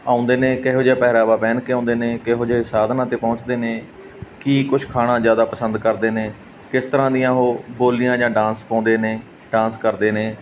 ਆਉਂਦੇ ਨੇ ਕਿਹੋ ਜਿਹਾ ਪਹਿਰਾਵਾ ਪਹਿਨ ਕੇ ਆਉਂਦੇ ਨੇ ਕਿਹੋ ਜਿਹੇ ਸਾਧਨਾਂ 'ਤੇ ਪਹੁੰਚਦੇ ਨੇ ਕੀ ਕੁਛ ਖਾਣਾ ਜ਼ਿਆਦਾ ਪਸੰਦ ਕਰਦੇ ਨੇ ਕਿਸ ਤਰ੍ਹਾਂ ਦੀਆਂ ਉਹ ਬੋਲੀਆਂ ਜਾਂ ਡਾਂਸ ਪਾਉਂਦੇ ਨੇ ਡਾਂਸ ਕਰਦੇ ਨੇ